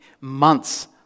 months